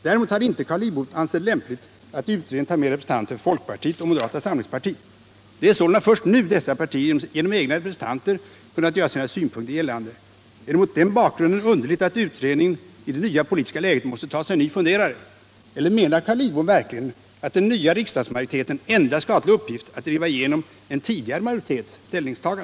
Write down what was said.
Däremot hade inte Carl Lidbom ansett det lämpligt att i utredningen ta med representanter för folkpartiet och moderata samlingspartiet. Det är sålunda först nu dessa partier genom egna representanter kunnat göra sina synpunkter gällande. Är det mot den bakgrunden underligt att utredninger. i det nya politiska läget måste ta sig en ny funderare? Eller menar Carl Lidbom verkligen att den nya riksdagsmajoriteten endast skall ha till uppgift att driva igenom en tidigare majoritets tankegångar?